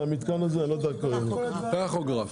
טכוגרף.